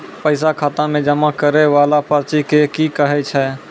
पैसा खाता मे जमा करैय वाला पर्ची के की कहेय छै?